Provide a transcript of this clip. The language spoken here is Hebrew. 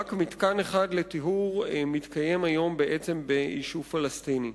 רק מתקן אחד לטיהור מתקיים היום ביישוב פלסטיני.